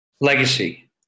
legacy